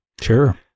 Sure